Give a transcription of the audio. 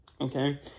Okay